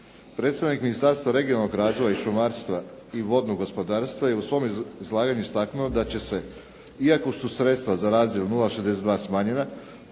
Predstavnik Ministarstva regionalnog razvoja i šumarstva i vodnog gospodarstva je u svome izlaganju istaknuo da će se iako su sredstva za razdjel 062 smanjena